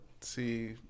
see